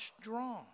strong